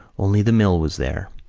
only the mill was there.